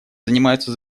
занимаются